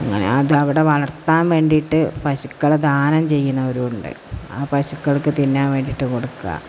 അങ്ങനെയതു വളർത്താൻ വേണ്ടിയിട്ട് പശുക്കളെ ദാനം ചെയ്യുന്നവരും ഉണ്ട് ആ പശുക്കൾക്ക് തിന്നാൻ വേണ്ടിയിട്ട് കൊടുക്കുക